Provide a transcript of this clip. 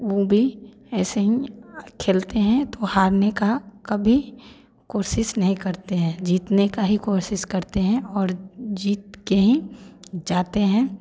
वो भी ऐसे ही खेलते हैं तो हारने का कभी कोशिश नहीं करते हैं जीतने का ही कोशिश करते हैं और जीत के ही जाते हैं